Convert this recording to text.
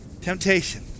Temptation